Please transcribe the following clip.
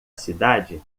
cidade